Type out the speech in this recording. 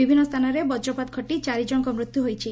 ବିଭିନ୍ନ ସ୍ଚାନରେ ବକ୍ରପାତ ଘଟି ଚାରି ଜଶଙ୍କର ମୃତ୍ୟ ହୋଇଛି